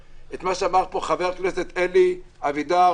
את מה שאמר פה חבר הכנת אלי אבידר.